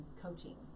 coaching